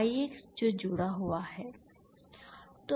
Ix जो जुड़ा हुआ है